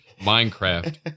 Minecraft